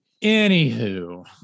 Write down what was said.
Anywho